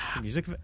Music